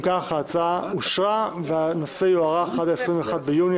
אם כך, ההצעה אושרה, והנושא יוארך עד ה-21 ביוני